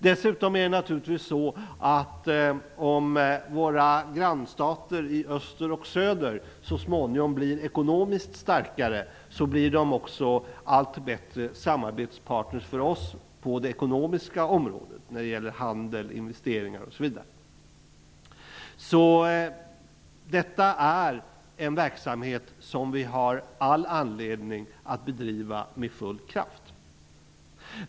Dessutom är det naturligtvis så att om våra grannstater i öster och söder så småningom blir ekonomiskt starkare, blir de också allt bättre samarbetspartner för oss på det ekonomiska området när det gäller handel, investeringar osv. Detta är en verksamhet som vi har all anledning att bedriva med full kraft.